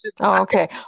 okay